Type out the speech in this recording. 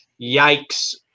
yikes